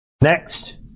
Next